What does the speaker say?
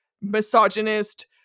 misogynist